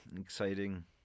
exciting